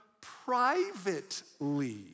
privately